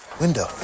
Window